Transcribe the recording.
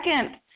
second